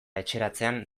etxeratzean